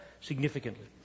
significantly